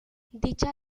dicha